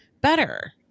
better